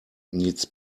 needs